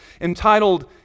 entitled